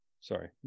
Sorry